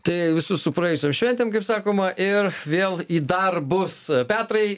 tai visus su praėjusiom šventėm kaip sakoma ir vėl į darbus petrai